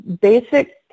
basic